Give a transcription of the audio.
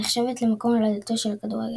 הנחשבת למקום הולדתו של הכדורגל.